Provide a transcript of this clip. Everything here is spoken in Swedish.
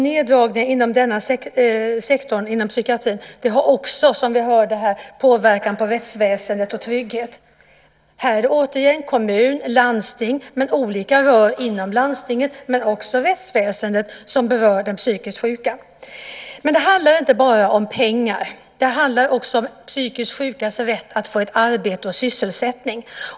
Neddragningar inom denna sektor, psykiatrin, har också, som vi hörde här, påverkan på rättsväsende och trygghet. Här är det - återigen - kommuner, landsting, olika aktörer inom landstinget men också rättsväsendet som berör de psykiskt sjuka. Men det handlar inte bara om pengar. Det handlar också om psykiskt sjukas rätt att få ett arbete och sysselsättning.